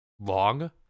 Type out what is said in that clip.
long